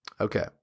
Okay